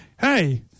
hey